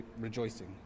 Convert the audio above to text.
rejoicing